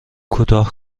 کوتاه